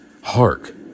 hark